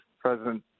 President